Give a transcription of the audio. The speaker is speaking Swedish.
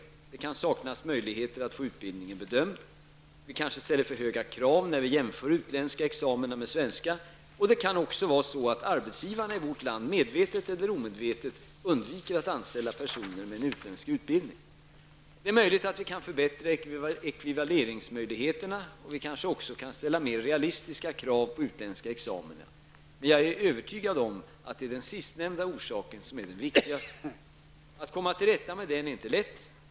Det kan saknas möjligheter att få sin utbildning bedömd. Vi kanske ställer för höga krav när vi jämför utländska examina med svenska, och det kan också vara så att arbetsgivarna i vårt land medvetet eller omedvetet undviker att anställa personer med en utländsk utbildning. Det är möjligt att vi kan förbättra ekvivaleringsmöjligheterna, och vi kanske också kan ställa mera realistiska krav på utländska examina, men jag är övertygad om att det är den sistnämnda orsaken som är den viktigaste. Att komma till rätta med den är inte lätt.